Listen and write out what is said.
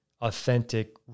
authentic